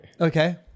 okay